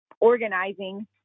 organizing